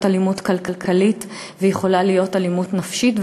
אלימות כלכלית ויכולה להיות אלימות נפשית,